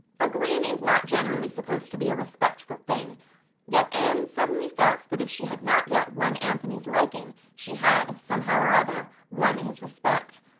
a grin is not generally supposed to be a respectful thing yet anne suddenly felt that if she had not yet won anthony's liking she had, somehow or other, won his respect.